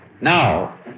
Now